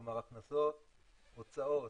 כלומר הכנסות, הוצאות,